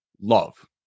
love